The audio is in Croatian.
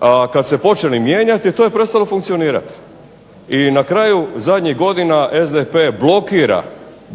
a kada su se počeli mijenjati to je prestalo funkcionirati. I na kraju zadnjih godina SDP